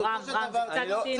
רם, זה קצת ציני.